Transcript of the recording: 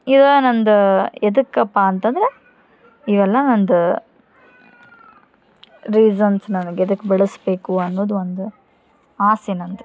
ಇದೆ ನಂದು ಎದಕ್ಕಪ್ಪ ಅಂತಂದ್ರೆ ಇವೆಲ್ಲ ನಂದು ರೀಸನ್ಸ್ ನನಗೆ ಎದಕೆ ಬೆಳೆಸ್ಬೇಕು ಅನ್ನೋದು ಒಂದು ಆಸೆ ನಂದು